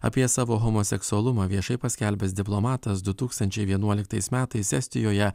apie savo homoseksualumą viešai paskelbęs diplomatas du tūkstančiai vienuoliktais metais estijoje